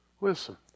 listen